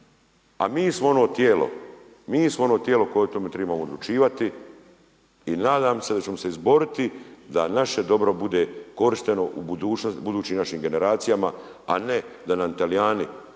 mi smo ono tijelo koje o tome trebamo odlučivati, i nadam se da ćemo se izboriti da naše dobro bude korišteno budućim našim generacijama, a ne da nam Talijani kompletnu